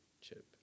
chip